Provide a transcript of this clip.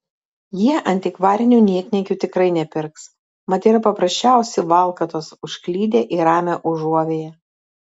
jie antikvarinių niekniekių tikrai nepirks mat yra paprasčiausi valkatos užklydę į ramią užuovėją